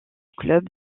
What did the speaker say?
club